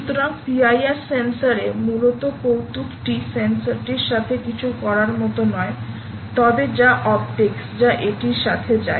সুতরাং PIR সেন্সরে মূলত কৌতুকটি সেন্সরটির সাথে কিছু করার মতো নয় তবে যা অপটিক্স যা এটির সাথে যায়